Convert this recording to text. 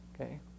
Okay